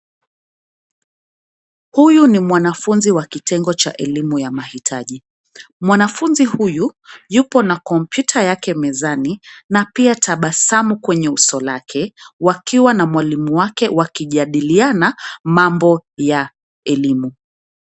Huyu ni mwanafunzi wa kitengo cha elimu ya mahitaji. Mwanafunzi huyu yupo na kompyuta yake mezani na pia tabasamu kwenye uso lake wakiwa na mwalimu wake wakijadiliana mambo ya elimu.